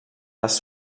les